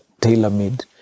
tailor-made